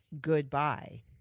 goodbye